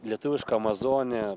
lietuviška amazonė